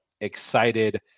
excited